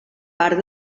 part